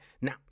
now